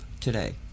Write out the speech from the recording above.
today